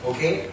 Okay